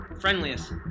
Friendliest